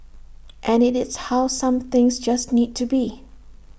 and IT is how some things just need to be